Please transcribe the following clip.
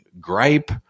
gripe